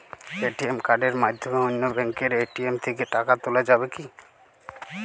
ATM কার্ডের মাধ্যমে অন্য ব্যাঙ্কের এ.টি.এম থেকে টাকা তোলা যাবে কি?